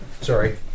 Sorry